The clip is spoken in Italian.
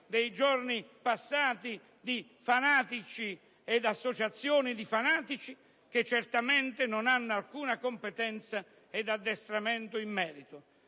dei giorni passati - fanatici ed associazioni di fanatici che certamente non hanno alcuna competenza ed addestramento in merito.